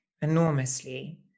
enormously